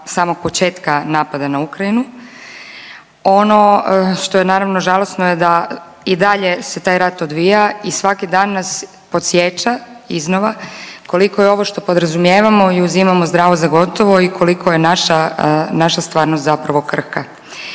samog početka napada na Ukrajinu. Ono što je naravno žalosno je da i dalje se taj rat odvija i svaki dan nas podsjeća iznova koliko je ovo što podrazumijevamo i uzimamo zdravo za gotovo i koliko je naša stvarnost zapravo krhka.